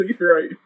right